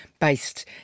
based